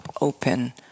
open